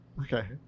okay